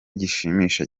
gishimisha